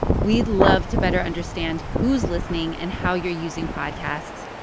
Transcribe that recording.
we'd love to better understand who's listening and how you're using podcasts.